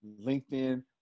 LinkedIn